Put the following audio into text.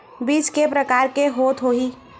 बीज के प्रकार के होत होही?